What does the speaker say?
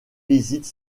visites